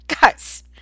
Guys